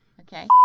Okay